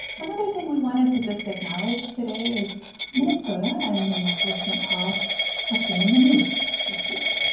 another thing we wanted to just acknowledge today is minnesota and minneapolis, saint paul have been in the news this week.